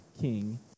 king